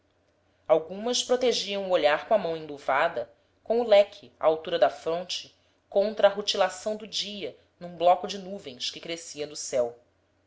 algumas protegiam o olhar com a mão enluvada com o leque à altura da fronte contra a rutilação do dia num bloco de nuvens que crescia do céu